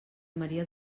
maria